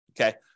okay